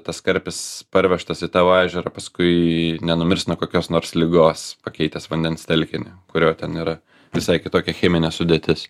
tas karpis parvežtas į tavo ežerą paskui nenumirs nuo kokios nors ligos pakeitęs vandens telkinį kurio ten yra visai kitokia cheminė sudėtis